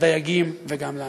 לדייגים וגם לנו.